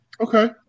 Okay